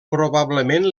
probablement